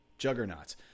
juggernauts